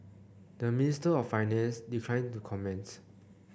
the Minister of Finance declined to comment